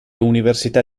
università